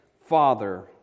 Father